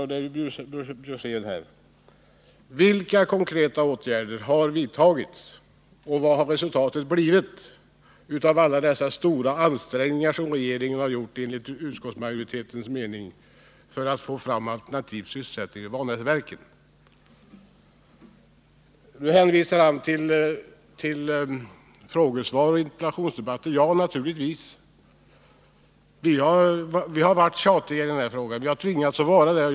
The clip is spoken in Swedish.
som alltså är Karl Björzén: Vilka konkreta åtgärder har vidtagits, och vad har resultatet blivit av alla dessa stora ansträngningar som regeringen har gjort enligt utskottsmajoritetens mening för att få fram alternativ sysselsättning vid Vanäsverken? Nu hänvisar han till frågesvar och interpellationsdebatter. Ja, naturligtvis, vi har varit tjatiga i denna fråga, men vi har tvingats att vara detta.